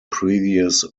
previous